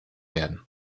werden